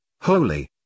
holy